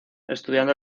estudiando